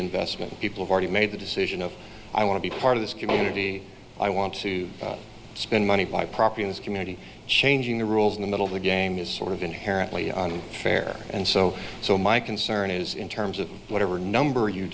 investment people already made the decision of i want to be part of this community i want to spend money to buy property in this community changing the rules in the middle of the game is sort of inherently on fair and so so my concern is in terms of whatever number you